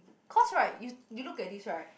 cause right you you look at this right